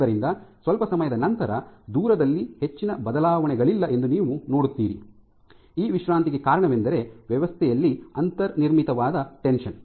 ಆದ್ದರಿಂದ ಸ್ವಲ್ಪ ಸಮಯದ ನಂತರ ದೂರದಲ್ಲಿ ಹೆಚ್ಚಿನ ಬದಲಾವಣೆಗಳಿಲ್ಲ ಎಂದು ನೀವು ನೋಡುತ್ತೀರಿ ಈ ವಿಶ್ರಾಂತಿಗೆ ಕಾರಣವೆಂದರೆ ವ್ಯವಸ್ಥೆಯಲ್ಲಿ ಅಂತರ್ನಿರ್ಮಿತವಾದ ಟೆನ್ಷನ್